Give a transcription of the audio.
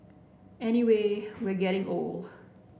anyway we are getting old